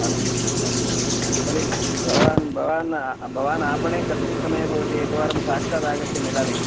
अस्तु अस्तु तर्हि भवान् भवान् भवान् आपणे कस्मिन् समये भवति एकवारं साक्षात् आगत्य मिलामि